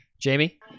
Jamie